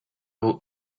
old